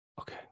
Okay